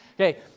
okay